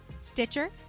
Stitcher